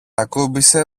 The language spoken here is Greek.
ακούμπησε